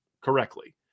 correctly